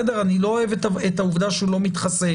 אני לא אוהב את העובדה שהוא לא מתחסן,